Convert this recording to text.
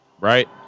Right